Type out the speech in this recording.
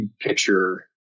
picture